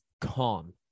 calm